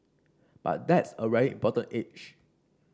but that's a very important age